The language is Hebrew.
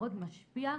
מאוד משפיע,